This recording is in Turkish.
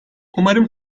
umarım